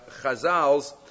Chazals